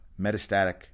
metastatic